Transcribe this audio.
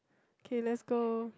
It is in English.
okay let's go